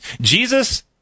Jesus